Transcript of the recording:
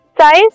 size